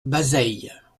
bazeilles